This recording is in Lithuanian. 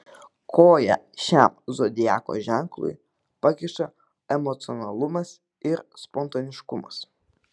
koją šiam zodiako ženklui pakiša emocionalumas ir spontaniškumas